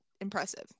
impressive